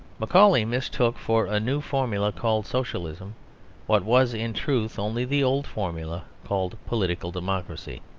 macaulay mistook for a new formula called socialism what was, in truth, only the old formula called political democracy.